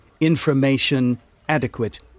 information-adequate